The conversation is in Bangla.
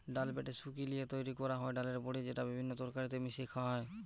ডাল বেটে শুকি লিয়ে তৈরি কোরা হয় ডালের বড়ি যেটা বিভিন্ন তরকারিতে মিশিয়ে খায়া হয়